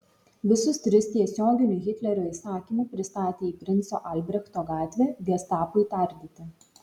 visus tris tiesioginiu hitlerio įsakymu pristatė į princo albrechto gatvę gestapui tardyti